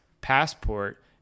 Passport